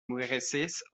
murieses